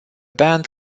band